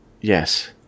Yes